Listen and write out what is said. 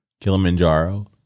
Kilimanjaro